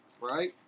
Right